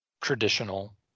traditional